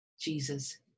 Jesus